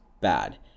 bad